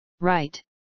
Right